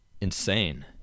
insane